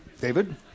David